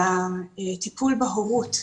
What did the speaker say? על הטיפול בהורות,